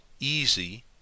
easy